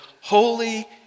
Holy